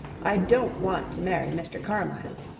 i don't want to marry mr. carmyle.